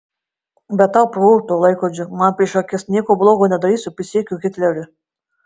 bet tau purto laikrodžius man prieš akis nieko blogo nedarysiu prisiekiu hitleriu